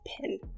pin